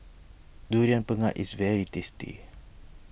Durian Pengat is very tasty